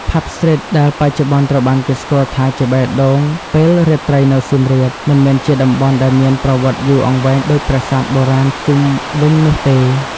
ផាប់ ស្ទ្រីត ដែលបច្ចុប្បន្នត្រូវបានគេស្គាល់ថាជាបេះដូងពេលរាត្រីនៅសៀមរាប មិនមែនជាតំបន់ដែលមានប្រវត្តិយូរអង្វែងដូចប្រាសាទបុរាណជុំវិញនោះទេ។